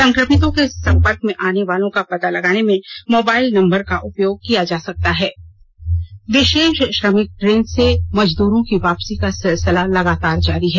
संक्रमितों के संपर्क में आने वाले का पता लगाने में मोबाइल नंबर का उपयोग किया जा सकता ळें विषेष श्रमिक ट्रेन से मजदूरों की वापसी का सिलसिला लगातार जारी है